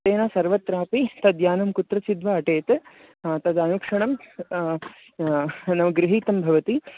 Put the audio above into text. तेन सर्वत्रापि तद्यानं कुत्रचिद्वा अटेत् हा तदनुक्षणं नाम गृहीतं भवति